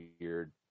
weird